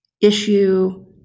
issue